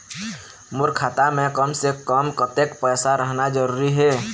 मोर खाता मे कम से से कम कतेक पैसा रहना जरूरी हे?